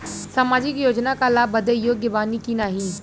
सामाजिक योजना क लाभ बदे योग्य बानी की नाही?